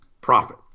profit